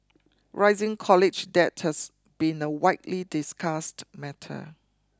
rising college debt has been a widely discussed matter